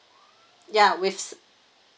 ya with